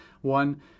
One